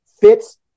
fits